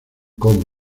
como